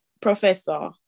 professor